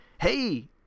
hey